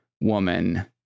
woman